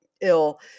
ill